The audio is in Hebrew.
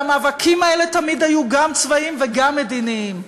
והמאבקים האלה תמיד היו גם צבאיים וגם מדיניים.